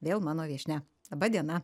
vėl mano viešnia laba diena